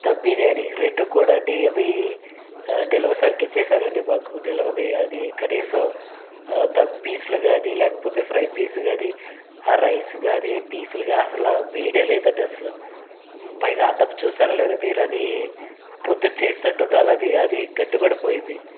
దమ్ బిర్యానీ రెండు కూడాని అవి నిలవ సరుకు ఇచ్చేశారండి మాకు నిలవది అది కనీసం దమ్ పీసులు కానీ లేకపోతే ఫ్రై పీస్ కానీ ఆ రైస్ కానీ పీసులుగా అసలు వేడే లేదండి అసలు పైగా అన్నం చూశారో లేదో కానీ పొద్దున చేసినట్టు ఉన్నారు అది అది గట్టిపడిపోయింది